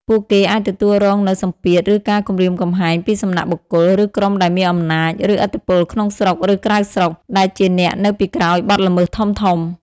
ពួកគេអាចទទួលរងនូវ សម្ពាធ ឬការគំរាមកំហែង ពីសំណាក់បុគ្គល ឬក្រុមដែលមានអំណាច ឬឥទ្ធិពលក្នុងស្រុក ឬក្រៅស្រុក ដែលជាអ្នកនៅពីក្រោយបទល្មើសធំៗ។